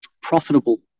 profitable